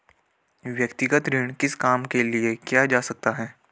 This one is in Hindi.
व्यक्तिगत ऋण किस काम के लिए किया जा सकता है?